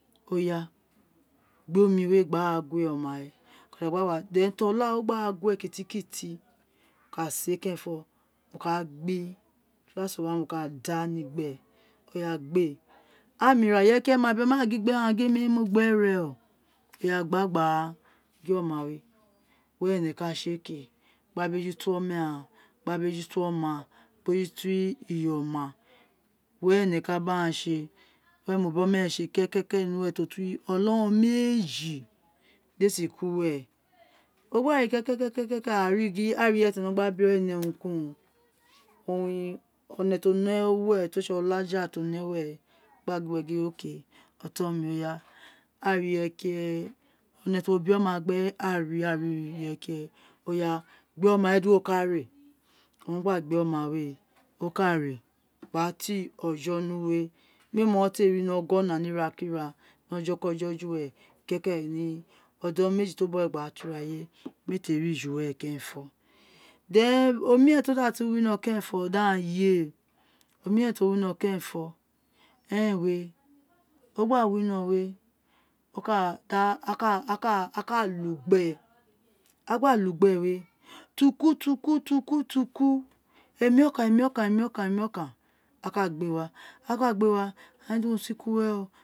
gbé m wé gba gue ọma wé then ti o tá a ro gba gue k sé kẹrẹnfo o ka gbé pot wa wo ka dá à ni gbé è gbe a ma ira irẹyé ki irẹyé ma biro má à gin gbẹ aghan gin emi owun re mu gbe rẹ o gbá gbá guẹ ọma wé were ẹnẹ ka sé ké gba bejuto ọma ghaan gba bejuto to ọma gba bejuto to iye ọma were ẹnẹ ka baghan sé were mobi oma ẹrẹn sé keke ni ira ti o to ọnọrọn meji di éè si ku we ogba ré ka ri gin a éè ri irẹyé ti o bi ọ nẹ urun ki urun owun ọ nẹ ti o nẹ uwe ti o sé ọlaja ti o ne uwé gba gin gbe gin okay ọtọn mi áà ri irẹyé ki irẹyé ọ nẹ ti uwo bi ọma gbe áà ri a ri oniyé o ya gbẹ ọma wé di uwo ka ré o won gba gbé o ma wé o ka ré gba tin ọjọ onuwé méé mọte ri ni ọgọna ni ira ki ira ni ọjọ kọjọ ju wẹrẹ kẹkẹ mi ọdọn meji ti o bọghọ gba ra to ra yiwe mẹ́e té ri juwẹrẹ kẹrẹnfọ then omirẹn ti o datu wino kẹrẹnfọ di eghan yéè omiren ti o wino kẹrẹnfọ ẹrẹn wé o gba wino wé oká da a a a ka lu gbéè a gba lu gbéè wé ti uku ti uku ti uku emi ọkan emi ọkan a ka gbéè wa a gba gbéè wà a gin di won si ku wé ren o